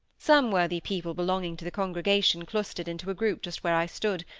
some worthy people belonging to the congregation clustered into a group just where i stood,